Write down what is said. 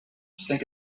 think